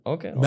Okay